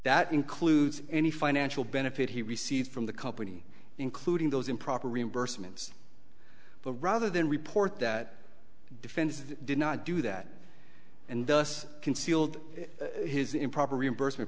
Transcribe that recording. that includes any financial benefit he received from the company including those improper reimbursements but rather than report that defenses did not do that and thus concealed his improper reimbursement